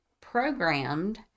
programmed